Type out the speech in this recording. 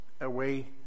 Away